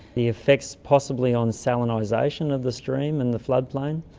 the effects possibly on salinisation of the stream and the floodplain.